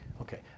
Okay